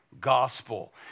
gospel